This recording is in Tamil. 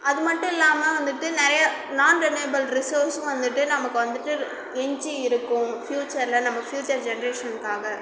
அது மட்டும் இல்லாமல் வந்துவிட்டு நிறைய நான் ரினியபுள் ரிசோர்ஸும் வந்துவிட்டு நமக்கு வந்துவிட்டு எஞ்சி இருக்கும் ஃபியூச்சரில் நம்ம ஃபியூச்சர் ஜென்ரேஷன்க்காக